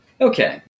Okay